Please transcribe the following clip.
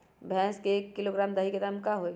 भैस के एक किलोग्राम दही के दाम का होई?